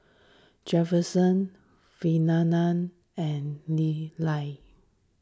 Jefferson and Lilia